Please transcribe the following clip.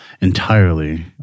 entirely